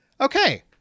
okay